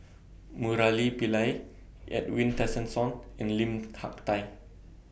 Murali Pillai Edwin Tessensohn and Lim Hak Tai